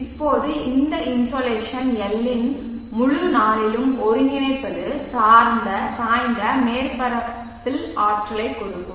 இப்போது இந்த insolation LN இன் முழு நாளிலும் ஒருங்கிணைப்பது சாய்ந்த மேற்பரப்பில் ஆற்றலைக் கொடுக்கும்